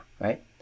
right